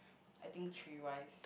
I think three wives